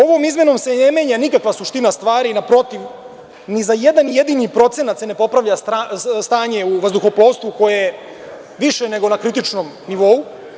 Ovom izmenom ne menja nikakva suština stvari, već naprotiv, ni za jedan jedini procenat se ne popravlja stanje u vazduhoplovstvu koje je više nego na kritičnom nivou.